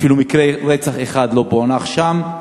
אפילו מקרה רצח אחד לא פוענח שם.